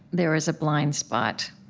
there is a blind spot.